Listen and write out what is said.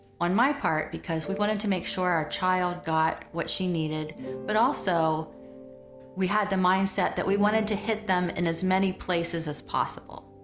on my part because we wanted to make sure our child got what she needed but also we had the mindset that we wanted to hit them in as many places as possible.